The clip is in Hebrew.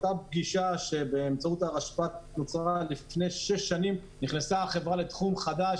אותה פגישה שבאמצעות הרשפ"ת נוצרה לפני שש שנים החברה נכנסה לתחום חדש